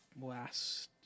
last